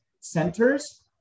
centers